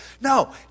No